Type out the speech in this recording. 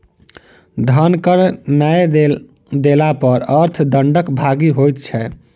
धन कर नै देला पर अर्थ दंडक भागी होइत छै